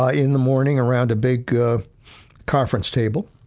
ah in the morning around a big conference table,